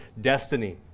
destiny